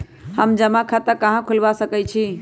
हम जमा खाता कहां खुलवा सकई छी?